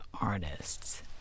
artists